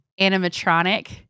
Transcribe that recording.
animatronic